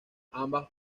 ambas